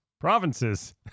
Provinces